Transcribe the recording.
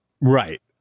Right